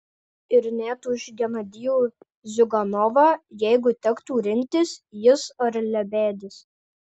ir net už genadijų ziuganovą jeigu tektų rinktis jis ar lebedis